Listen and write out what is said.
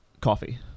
coffee